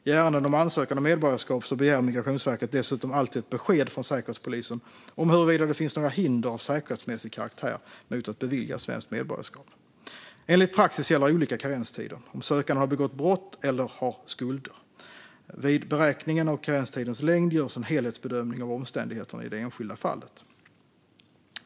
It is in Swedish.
I ärenden om ansökan om medborgarskap begär Migrationsverket dessutom alltid ett besked från Säkerhetspolisen om huruvida det finns några hinder av säkerhetsmässig karaktär mot att bevilja svenskt medborgarskap. Enligt praxis gäller olika karenstider - om sökanden har begått brott eller har skulder. Vid beräkningen av karenstidens längd görs en helhetsbedömning av omständigheterna i det enskilda fallet.